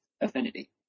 Affinity